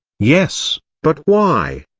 yes but why?